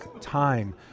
time